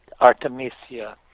Artemisia